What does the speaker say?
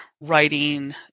writing